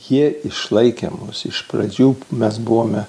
jie išlaikė mus iš pradžių mes buvome